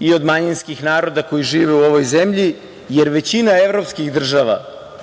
i od manjinskih naroda koji žive u ovoj zemlji, jer većina evropskih država